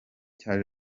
cya